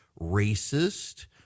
racist